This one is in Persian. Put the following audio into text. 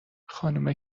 خانومه